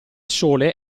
sole